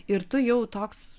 ir tu jau toks